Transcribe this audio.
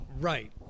Right